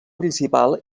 principal